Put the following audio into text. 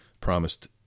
promised